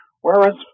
whereas